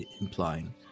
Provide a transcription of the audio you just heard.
implying